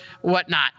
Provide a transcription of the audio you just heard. whatnot